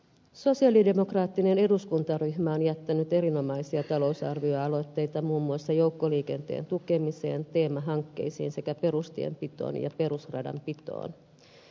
sosialidemokraattinen eduskuntaryhmä on jättänyt erinomaisia talousarvioaloitteita muun muassa joukkoliikenteen tukemiseen teemahankkeisiin sekä perustienpitoon ja perusradanpitoon